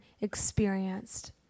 experienced